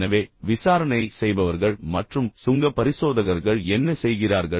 எனவே விசாரணை செய்பவர்கள் மற்றும் சுங்க பரிசோதகர்கள் என்ன செய்கிறார்கள்